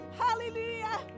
hallelujah